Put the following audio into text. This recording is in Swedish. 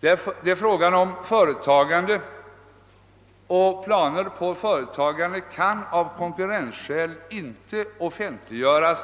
Det är fråga om företagande, och planer på företagande kan av konkurrensskäl inte offentliggöras